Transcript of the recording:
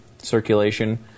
Circulation